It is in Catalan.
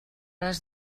les